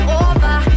over